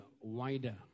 wider